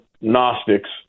gnostics